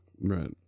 right